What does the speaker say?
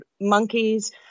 Monkeys